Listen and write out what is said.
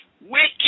wicked